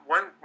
One